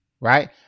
right